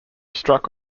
struck